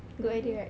good idea right